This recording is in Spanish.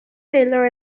taylor